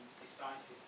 decisive